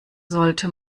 sollte